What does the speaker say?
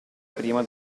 prima